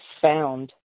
found